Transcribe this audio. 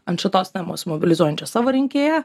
ant šitos temos mobilizuojančios savo rinkėją